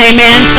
Amen